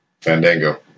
Fandango